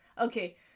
okay